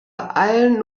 allen